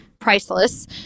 Priceless